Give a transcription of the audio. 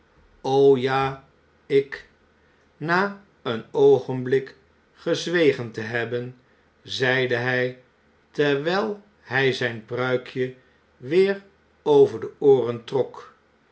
lorry oja ikna een oogenblik gezwegen te hebben zeide hy terwyl hy zyn pruikje weer over de ooren trok